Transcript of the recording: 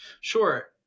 Sure